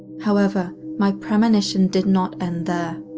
however, my premonition did not end there.